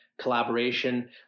collaboration